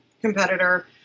competitor